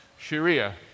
Sharia